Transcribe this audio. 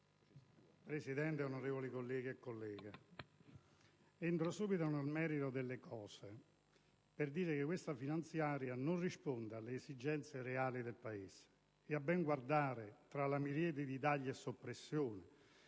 Presidente, onorevoli colleghi e colleghe, entro subito nel merito delle cose per dire che questa finanziaria non risponde alle esigenze reali del Paese. A ben guardare tra la miriade di tagli e soppressioni,